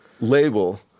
label